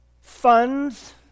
funds